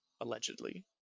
allegedly